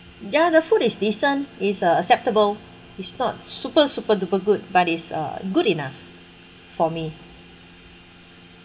ya the food is decent it's a acceptable it's not super super duper good but is uh good enough for me